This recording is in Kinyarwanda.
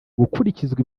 gukurikizwa